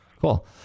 cool